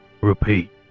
Repeat